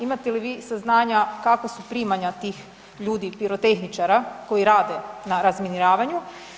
Imate li vi saznanja kakva su primanja tih ljudi pirotehničara koji rade na razminiravanju.